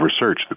research